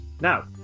Now